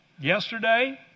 Yesterday